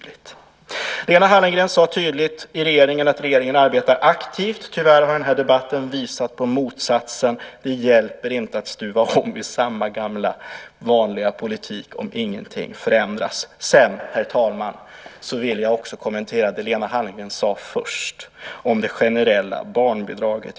Lena Hallengren sade tydligt att regeringen arbetar aktivt. Tyvärr har den här debatten visat på motsatsen. Det hjälper inte att stuva om i samma gamla vanliga politik om ingenting förändras. Sedan, herr talman, vill jag också kommentera det Lena Hallengren sade först om det generella barnbidraget.